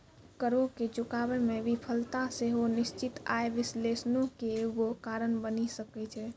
करो के चुकाबै मे विफलता सेहो निश्चित आय विश्लेषणो के एगो कारण बनि सकै छै